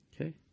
Okay